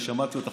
אני שמעתי אותך,